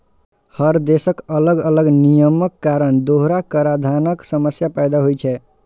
हर देशक अलग अलग नियमक कारण दोहरा कराधानक समस्या पैदा होइ छै